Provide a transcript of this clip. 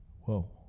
Whoa